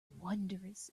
wondrous